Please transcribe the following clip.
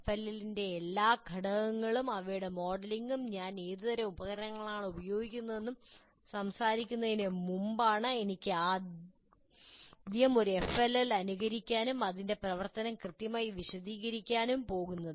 FLL ന്റെ എല്ലാ ഘടകങ്ങളും അവയുടെ മോഡലിംഗും ഞാൻ ഏതുതരം ഉപകരണങ്ങളാണ് ഉപയോഗിക്കുന്നതെന്ന് സംസാരിക്കുന്നതിന് മുമ്പാണ് എനിക്ക് ആദ്യം ഒരു FLL അനുകരിക്കാനും അതിന്റെ പ്രവർത്തനം കൃത്യമായി വിശദീകരിക്കാനും പോകുന്നത്